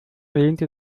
lehnte